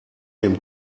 dem